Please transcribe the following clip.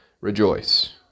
rejoice